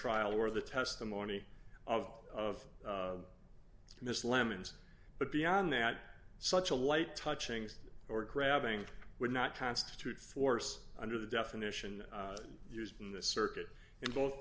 trial or the testimony of miss lemons but beyond that such a light touchings or grabbing would not constitute force under the definition used in the circuit in both